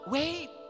Wait